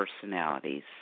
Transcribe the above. personalities